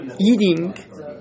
Eating